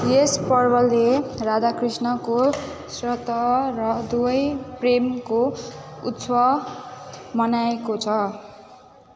यस पर्वले राधाकृष्णको स्वतः र दैवी प्रेमको उत्सव मनाएको छ